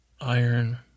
Iron